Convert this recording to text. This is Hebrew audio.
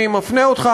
אני מפנה אותך,